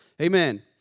Amen